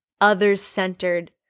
others-centered